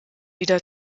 wieder